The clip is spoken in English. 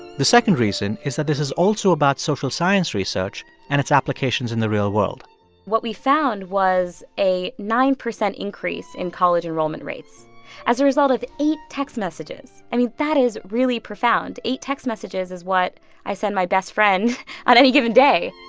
the second reason is that this is also about social science research and its applications in the real world what we found was a nine percent increase in college enrollment rates as a result of eight text messages. i mean, that is really profound. eight text messages is what i send my best friend on any given day